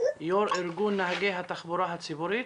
יושב ראש ארגון נהגי התחבורה הציבורית,